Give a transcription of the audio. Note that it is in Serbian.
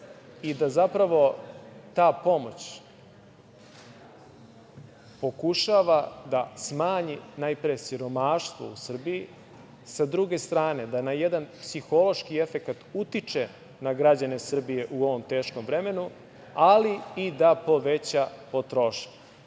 i da zapravo ta pomoć pokušava da smanji najpre siromaštvo u Srbiji, a sa druge strane da na jedan psihološki način utiče na građane Srbije u ovom teškom vremenu, ali i da poveća potrošnju. Lično